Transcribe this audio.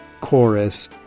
chorus